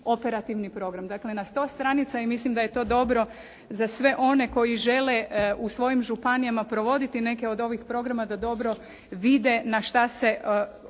operativni program. Dakle, na sto stranica i mislim da je to dobro za sve one koji žele u svojim županijama provoditi neke od ovih programa da dobro vide na šta se